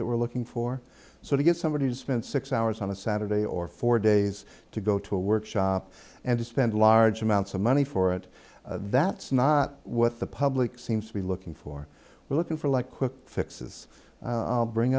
that we're looking for so we get somebody to spend six hours on a saturday or four days to go to a workshop and to spend large amounts of money for it that's not what the public seems to be looking for we're looking for like quick fixes i'll bring